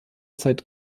zeit